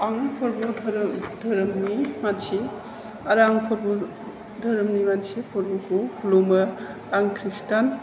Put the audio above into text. आं फोरबुफोर धोरोमनि मानसि आरो आं फोरबु धोरोमनि मानसि फोरबुखौ खुलुमो आं खृस्टान